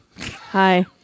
Hi